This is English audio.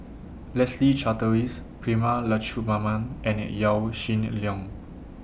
Leslie Charteris Prema Letchumanan and Yaw Shin Leong